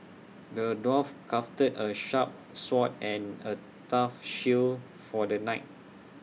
the dwarf crafted A sharp sword and A tough shield for the knight